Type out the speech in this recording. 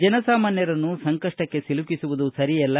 ಜನಸಾಮಾನ್ಸರನ್ನು ಸಂಕಷ್ಪಕ್ಷೆ ಸಿಲುಕಿಸುವುದು ಸರಿಯಲ್ಲ